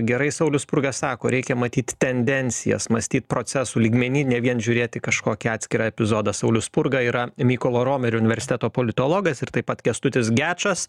gerai saulius spurga sako reikia matyti tendencijas mąstyt procesų lygmeny ne vien žiūrėti į kažkokį atskirą epizodą saulius spurga yra mykolo romerio universiteto politologas ir taip pat kęstutis gečas